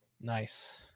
Nice